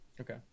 Okay